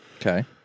Okay